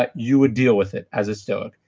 but you would deal with it, as a stoic.